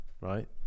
Right